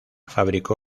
fabricó